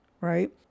right